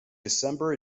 december